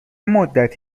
مدت